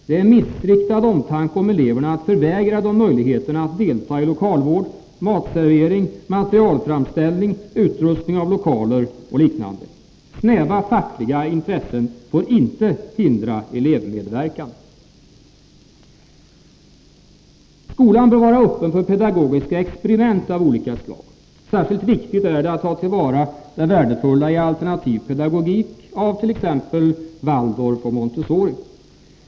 Det är missriktad omtanke om eleverna att förvägra dem möjligheterna att delta i lokalvård, matservering, materialframställning, utrustning av lokaler och liknande. Snäva fackliga intressen får inte hindra elevmedverkan. Skolan bör vara öppen för pedagogiska experiment av olika slag. Särskilt viktigt är det att ta till vara det värdefulla i alternativ pedagogik av typ Waldorf och Montessori.